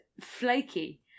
flaky